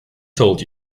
told